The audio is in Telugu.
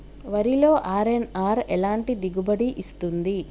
వరిలో అర్.ఎన్.ఆర్ ఎలాంటి దిగుబడి ఇస్తుంది?